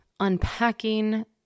unpacking